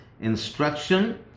instruction